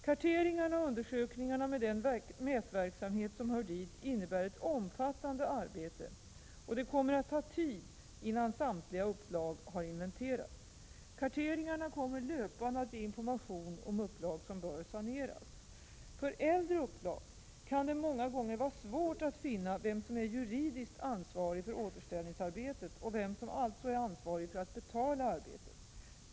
Karteringarna och undersökningarna med den mätverksamhet som hör dit innebär ett omfattande arbete, och det kommer att ta tid innan samtliga upplag har inventerats. Karteringarna kommer löpande att ge information om upplag som bör saneras. För äldre upplag kan det många gånger vara svårt att finna vem som är juridiskt ansvarig för återställningsarbetet, och vem som alltså är ansvarig för att betala arbetet.